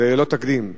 זה ללא תקדים.